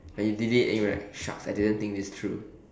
like you did it and you were like shucks I didn't think this through